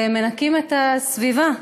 ומנקים את הסביבה.